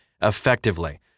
effectively